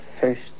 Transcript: First